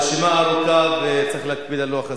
הרשימה ארוכה וצריך להקפיד על לוח הזמנים.